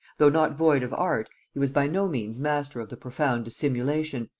though not void of art, he was by no means master of the profound dissimulation,